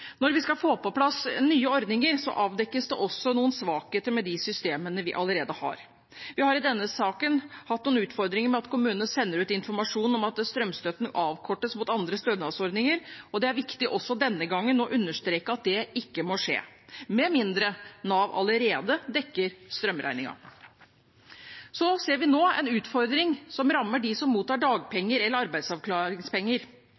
Når vi skal få på plass nye ordninger, avdekkes det også noen svakheter med de systemene vi allerede har. Vi har i denne saken hatt noen utfordringer med at kommunene sender ut informasjon om at strømstøtten avkortes mot andre stønadsordninger, og det er viktig også denne gangen å understreke at det ikke må skje – med mindre Nav allerede dekker strømregningen. Vi ser nå en utfordring som rammer dem som mottar